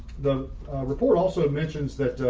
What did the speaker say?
the report also mentions that